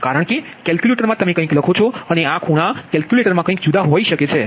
કારણકે કેલ્ક્યુલેટરમાં તમે કંઇક લો છો અને આ ખૂણા કેલ્ક્યુલેટર મા કંઇક જુદા હોઈ શકે છે